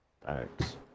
Thanks